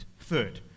third